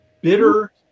bitter